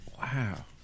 Wow